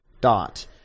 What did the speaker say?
dot